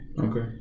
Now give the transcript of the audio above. Okay